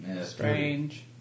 Strange